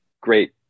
great